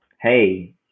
hey